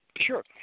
Sure